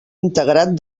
integrat